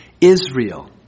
Israel